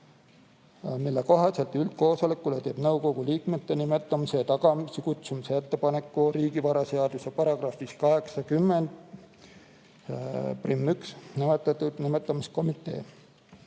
mille kohaselt üldkoosolekule teeb nõukogu liikmete nimetamise ja tagasikutsumise ettepaneku riigivaraseaduse §-s 801nimetatud nimetamiskomitee.